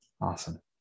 Awesome